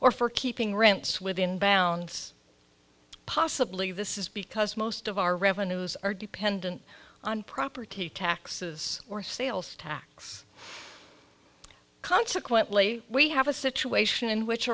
or for keeping rents within bounds possibly this is because most of our revenues are dependent on property taxes or sales tax consequently we have a situation in which